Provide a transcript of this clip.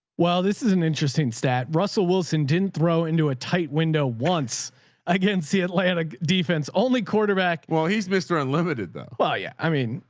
well, this is an interesting stat russell wilson. didn't throw into a tight window once again. see atlanta defense only quarterback. quarterback. well he's mr unlimited though. wow. yeah. i mean,